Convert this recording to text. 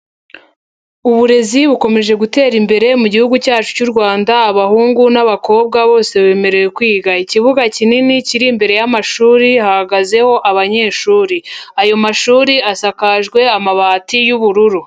Uburezi bukomeje gutera imbere mu gihugu cyacu cy'u Rwanda, abahungu n'abakobwa bose bemerewe kwiga. Ikibuga kinini kiri imbere y'amashuri hahagazeho abanyeshuri. Ayo mashuri asakajwe amabati y'ubururu.